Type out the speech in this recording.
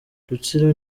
rutsiro